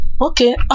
Okay